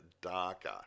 darker